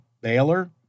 Baylor